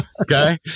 Okay